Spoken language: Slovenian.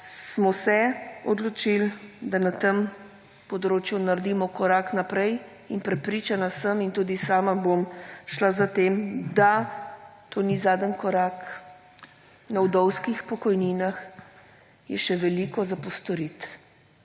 smo se odločili, da na tem področju naredimo korak naprej, in prepričana sem in tudi sama bom šla za tem, da to ni zadnji korak, na vdovskih pokojninah je še veliko za postoriti.